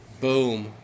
boom